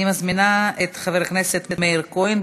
אני מזמינה את חבר הכנסת מאיר כהן,